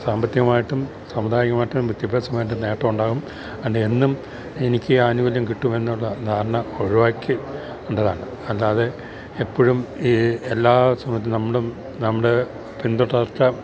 സാമ്പത്തികമായിട്ടും സമുദായികമായിട്ടും വിദ്യാഭ്യാസമായിട്ടും നേട്ടം ഉണ്ടാകും അതുകൊണ്ട് എന്നും എനിക്ക് ആനുകൂല്യം കിട്ടുമെന്നുള്ള ധാരണ ഒഴിവാക്കി വിടേണ്ടതാണ് അല്ലാതെ എപ്പോഴും ഈ എല്ലാ സമയത്തും നമ്മളും നമ്മടെ പിന്തുടർച്ച